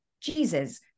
Jesus